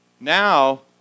Now